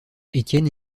étienne